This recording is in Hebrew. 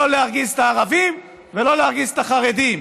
לא להרגיז את הערבים ולא להרגיז את החרדים.